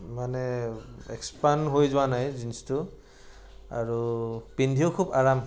মানে এক্সপান হৈ যোৱা নাই জিনচটো আৰু পিন্ধিও খুব আৰাম